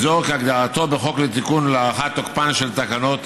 'אזור' כהגדרתו בחוק לתיקון ולהארכת תקפן של תקנות